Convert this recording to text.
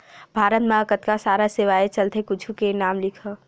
भारत मा कतका सारा सेवाएं चलथे कुछु के नाम लिखव?